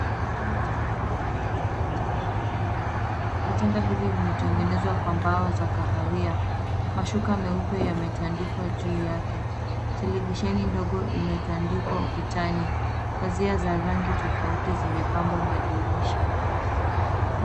Chumba cha kulala kimejaa vitanda viwili. Vitanda hivi vimetengenezwa kwa mbao za kahawia. Mashuka meupe yametandikwa juu yake. Televisheni ndogo imetandikwa ukutani. Pazia za rangi tofauti zimepamba madirisha.